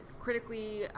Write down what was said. critically